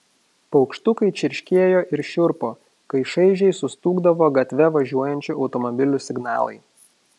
paukštukai čirškėjo ir šiurpo kai šaižiai sustūgdavo gatve važiuojančių automobilių signalai